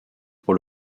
pour